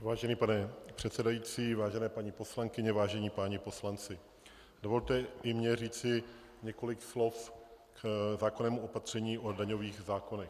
Vážený pane předsedající, vážené paní poslankyně, vážení páni poslanci, dovolte i mně říci několik slov k zákonnému opatření o daňových zákonech.